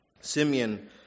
Simeon